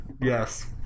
Yes